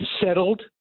settled